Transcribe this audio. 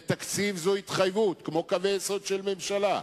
ותקציב הוא התחייבות כמו קווי יסוד של ממשלה,